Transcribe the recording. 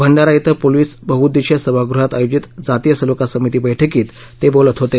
भंडारा इथं पोलीस बहुउद्देशिय सभागृहात आयोजित जातीय सलोखा समिती बैठकीत ते बोलत होते